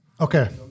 Okay